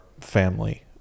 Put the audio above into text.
family